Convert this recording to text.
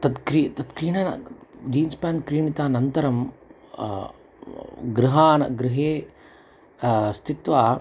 तत् क्री तत् क्रीणेन जीन्स् पाण्ट् क्रीणितानन्तरं गृहान् गृहे स्थित्वा